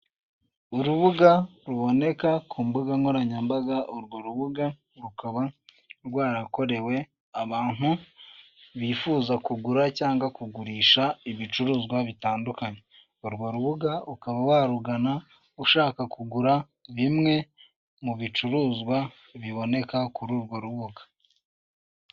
Urubuga ruboneka ku mbuga nkoranyambaga urwo rubuga rukaba rwarakorewe abantu bifuza kugura cyangwa kugurisha ibicuruzwa bitandukanye urwo rubuga ukaba warugana ushaka kugura bimwe mu bicuruzwa biboneka kuri urwo rubuga.